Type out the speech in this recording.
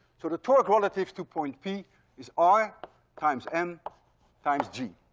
so the torque relative to point p is r times m times g.